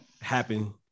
happen